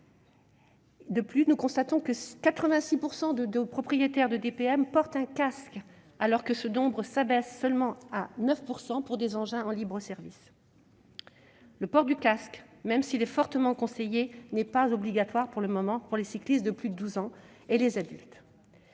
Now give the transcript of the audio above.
heure. Nous constatons que 86 % des propriétaires d'EDPM portent un casque, ce nombre s'abaissant à 9 %, seulement, pour les engins en libre-service. Le port du casque, même s'il est fortement conseillé, n'est pas obligatoire pour les cyclistes de plus de 12 ans et les adultes.